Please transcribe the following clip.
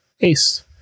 ACE